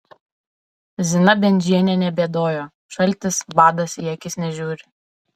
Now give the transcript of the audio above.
zina bendžienė nebėdojo šaltis badas į akis nežiūri